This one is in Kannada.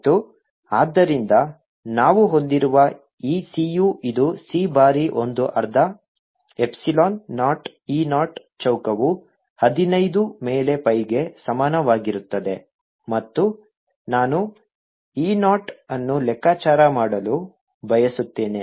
ಮತ್ತು ಆದ್ದರಿಂದ ನಾವು ಹೊಂದಿರುವ ಈ c u ಇದು c ಬಾರಿ ಒಂದು ಅರ್ಧ ಎಪ್ಸಿಲಾನ್ 0 e 0 ಚೌಕವು ಹದಿನೈದು ಮೇಲೆ pi ಗೆ ಸಮಾನವಾಗಿರುತ್ತದೆ ಮತ್ತು ನಾನು e 0 ಅನ್ನು ಲೆಕ್ಕಾಚಾರ ಮಾಡಲು ಬಯಸುತ್ತೇನೆ